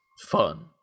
fun